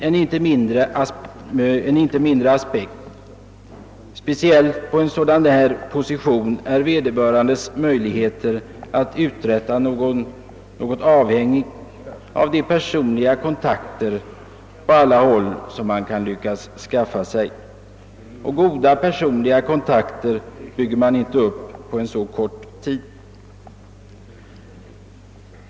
En inte mindre viktig aspekt är att möjligheterna att uträtta något på en sådan här post är avhängiga av de personliga kontakter vederbörande lyckas skaffa sig. Och goda personliga kontakter bygger man inte upp på så kort tid som det i dessa fall blir fråga om.